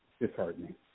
disheartening